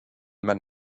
man